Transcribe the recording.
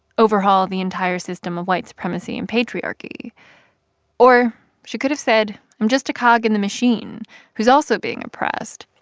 overhaul the entire system of white supremacy and patriarchy or she could have said, i'm just a cog in the machine who's also being oppressed.